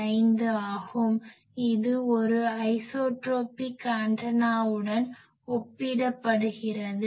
5 ஆகும் இது ஒரு ஐசோட்ரோபிக் ஆண்டனாவுடன் ஒப்பிடப்படுகிறது